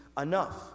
enough